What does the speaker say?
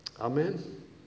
Amen